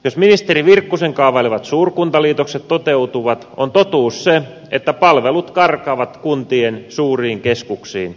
jos ministeri virkkusen kaavailemat suurkuntaliitokset toteutuvat on totuus se että palvelut karkaavat kuntien suuriin keskuksiin